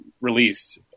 released